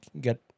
get